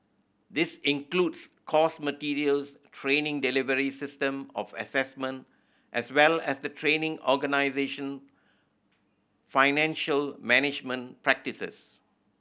this includes course materials training delivery system of assessment as well as the training organisation financial management practices